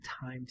time